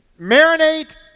marinate